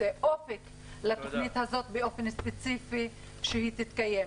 אופק לתכנית הזאת באופן ספציפי שהיא תתקיים.